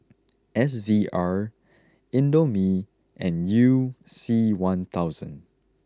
S V R Indomie and you C one thousand